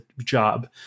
job